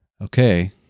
Okay